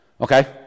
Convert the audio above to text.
Okay